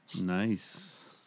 Nice